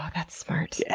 ah, that's smart! yeah